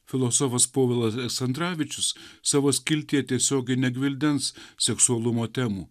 filosofas povilas santravičius savo skiltyje tiesiogiai negvildens seksualumo temų